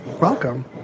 Welcome